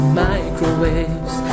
microwaves